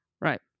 Right